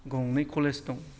गंनै कलेज दं